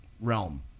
realm